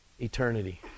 eternity